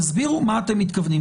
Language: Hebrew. תסבירו למה אתם מתכוונים.